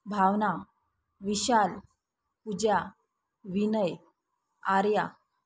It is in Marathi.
भावना विशाल पूजा विनय आर्या